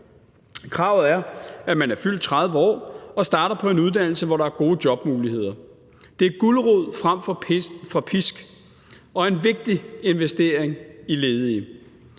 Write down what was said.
Kravet er, at man er fyldt 30 år og starter på en uddannelse, hvor der er gode jobmuligheder. Det er gulerod frem for pisk og en vigtig investering i ledige.